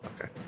okay